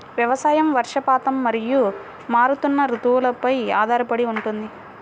వ్యవసాయం వర్షపాతం మరియు మారుతున్న రుతువులపై ఆధారపడి ఉంటుంది